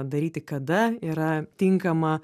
daryti kada yra tinkama